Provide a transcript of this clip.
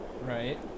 Right